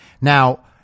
Now